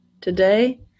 today